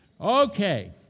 Okay